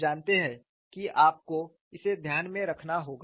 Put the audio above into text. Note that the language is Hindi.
आप जानते हैं कि आपको इसे ध्यान में रखना होगा